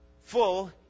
full